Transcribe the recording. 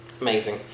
Amazing